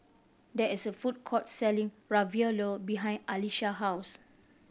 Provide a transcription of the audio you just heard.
there is a food court selling Ravioli behind Alysha house